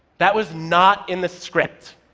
that was not in the script.